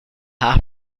half